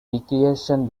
recreation